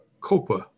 copa